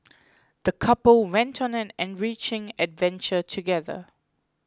the couple went on an enriching adventure together